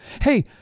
Hey